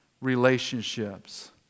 relationships